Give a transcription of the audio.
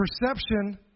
perception